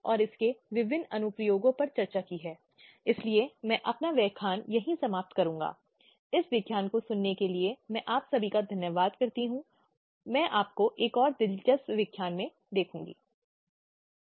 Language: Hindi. और अगले व्याख्यान में हम घरेलू हिंसा के मुद्दे घरेलू हिंसा और किस प्रकार के उपचार और मुक्ति के मुद्दे को देखने का प्रयास करेंगे